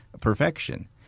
perfection